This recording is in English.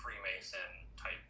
Freemason-type